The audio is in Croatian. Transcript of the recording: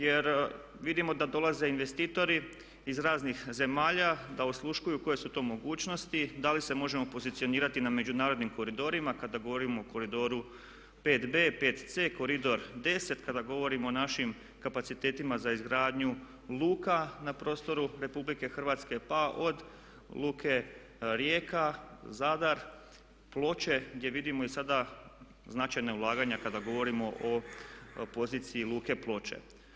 Jer vidimo da dolaze investitori iz raznih zemalja, da osluškuju koje su to mogućnosti, da li se možemo pozicionirati na međunarodnim koridorima kada govorimo o koridoru 5B, 5C, koridor 10, kada govorimo o našim kapacitetima za izgradnju luka na prostoru RH, pa od luke Rijeka, Zadar, Ploče, gdje vidimo i sada značajna ulaganja kada govorimo o poziciji luke Ploče.